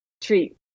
treat